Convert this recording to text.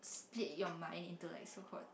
played your mind into like so called